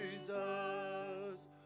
Jesus